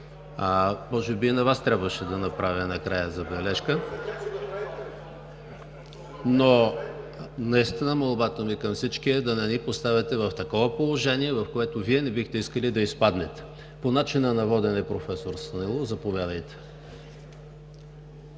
и на Вас накрая трябваше да направя забележка. Молбата ми към всички е да не ни поставяте в такова положение, в което Вие не бихте искали да изпаднете. По начина на водене. Професор Станилов, заповядайте.